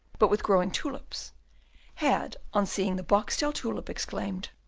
but with growing tulips had, on seeing the boxtel tulip, exclaimed,